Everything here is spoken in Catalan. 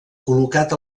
col·locat